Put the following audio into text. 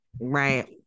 right